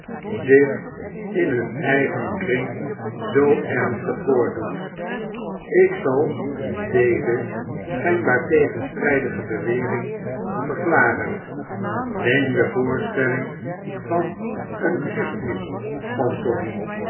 zich in hun eigen kring zoo ernstig voordoet ik zal deze schjjnbaar tegenstrfldige bewering verklaren neem de voorstelling van een kerstmis pantomime